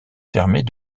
fermées